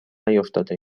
نیفتاده